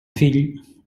fill